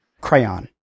Crayon